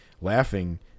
laughing